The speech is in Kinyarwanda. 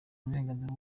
uburenganzira